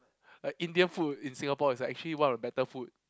Indian food in Singapore is actually one of the better food